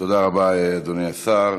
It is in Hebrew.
תודה רבה, אדוני השר.